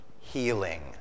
healing